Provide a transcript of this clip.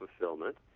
fulfillment